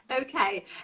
Okay